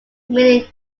meaning